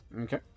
Okay